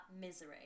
misery